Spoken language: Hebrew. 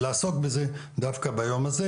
לעסוק בזה דווקא ביום הזה.